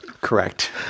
Correct